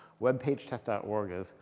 webpagetest dot org is